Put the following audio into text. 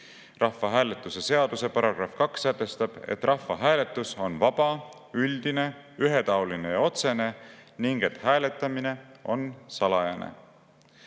Rahvahääletuse seaduse § 2 sätestab, et rahvahääletus on vaba, üldine, ühetaoline ja otsene ning et hääletamine on salajane.